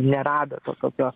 nerado to tokio